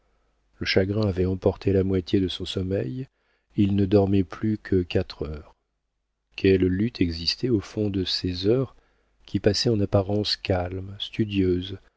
le chagrin avait emporté la moitié de son sommeil il ne dormait plus que quatre heures quelle lutte existait au fond de ces heures qui passaient en apparence calmes studieuses